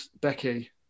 Becky